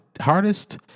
hardest